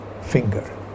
finger